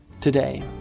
today